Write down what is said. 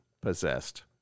possessed